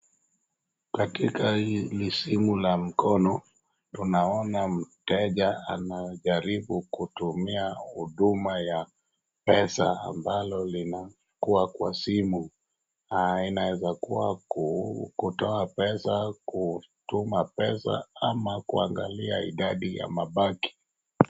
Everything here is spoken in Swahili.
Katika hii ni simu la mkononi. Tunaona mteja anajaribu kutumia huduma ya pesa, ambalo linakuwa kwa simu, na inaweza kuwa kutoa pesa, kutuma pesa, ama kuangalia idadi ya mabaki.